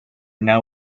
now